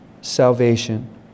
salvation